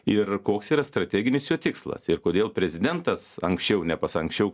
ir koks yra strateginis jo tikslas ir kodėl prezidentas anksčiau nepasa anksčiau